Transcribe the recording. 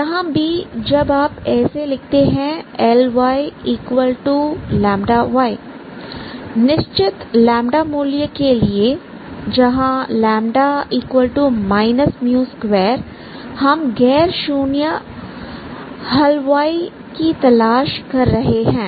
यहां भी जब आप ऐसा लिखते हैं Ly λy निश्चित मूल्य के लिए here μ2 हम गैर शून्य हल y की तलाश कर रहे हैं